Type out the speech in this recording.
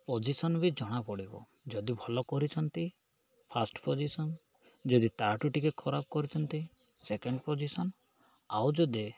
position ବି ଜଣା ପଡ଼ିବ ଯଦି ଭଲ କରିଛନ୍ତି ଫାଷ୍ଟ ପୋଜିସନ୍ ଯଦି ତାଠୁ ଟିକେ ଖରାପ କରିଛନ୍ତି ସେକେଣ୍ଡ ପୋଜିସନ୍ ଆଉ ଯଦି